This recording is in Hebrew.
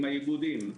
עם האיגודים,